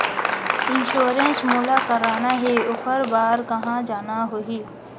Insurance मोला कराना हे ओकर बार कहा जाना होही?